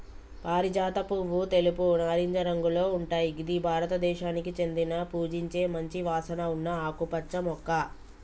పారిజాత పువ్వు తెలుపు, నారింజ రంగులో ఉంటయ్ గిది భారతదేశానికి చెందిన పూజించే మంచి వాసన ఉన్న ఆకుపచ్చ మొక్క